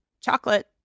chocolate